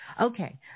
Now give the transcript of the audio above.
Okay